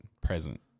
present